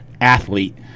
athlete